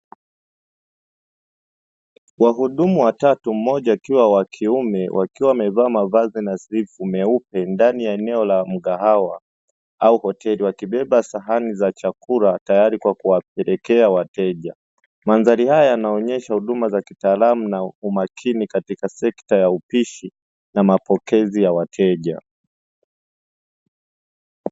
Wahudumu watatu mmoja akiwa wa kiume, wakiwa wamevaa mavazi ya suti nyeupe ndani ya eneo la mgahawa au hoteli, wakibeba sahani za chakula tayari kwa kuwapelekea wateja. Mandhari haya yanaonyesha huduma za kitaalamu na umakini katika sekta ya upishi na mapokezi ya wateja.